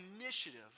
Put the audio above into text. initiative